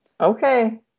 Okay